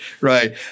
Right